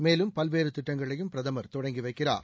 மேலும் பல்வேறு திட்டங்களை பிரதமர் தொடங்கி வைக்கிறார்